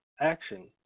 action